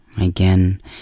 Again